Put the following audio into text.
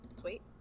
Sweet